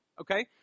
okay